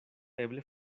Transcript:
eble